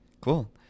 Cool